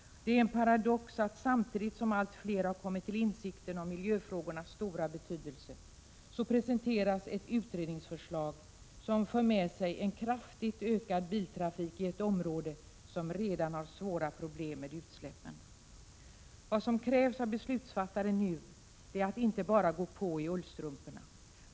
Det är en paradox att samtidigt som allt fler har kommit till insikt om miljöfrågornas stora betydelse så presenteras ett utredningsförslag som för med sig en kraftigt ökad biltrafik i ett område, som redan har svåra problem med utsläppen. Vad som krävs av beslutsfattare nu är att de inte bara går på i ullstrumporna.